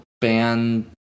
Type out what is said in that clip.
band